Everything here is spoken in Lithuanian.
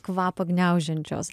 kvapą gniaužiančios